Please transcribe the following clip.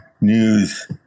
news